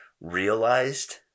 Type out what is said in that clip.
realized